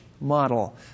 model